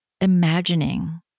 imagining